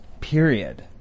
period